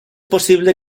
possible